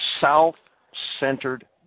self-centered